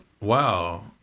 wow